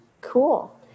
Cool